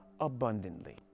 abundantly